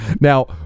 Now